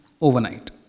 overnight